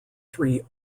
three